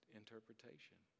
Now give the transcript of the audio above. interpretation